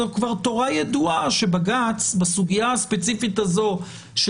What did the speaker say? זאת כבר תורה ידועה שבג"ץ בסוגיה הספציפית הזו של